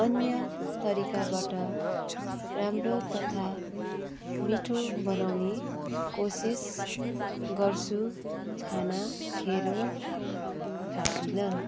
अन्य तरिकाबाट राम्रो तथा मिठो बनाउने कोसिस गर्छु खाना खेरो फ्याक्दिनँ